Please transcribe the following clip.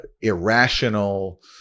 irrational